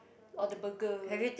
or the burger